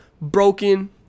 broken